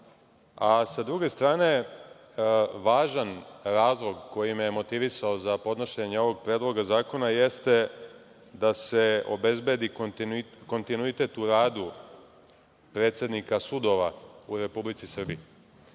Sa druge strane, važan razlog koji me je motivisao za podnošenje ovog Predloga zakona, jeste da se obezbedi kontinuitet u radu predsednika sudova u Republici Srbiji. Mislim